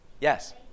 Yes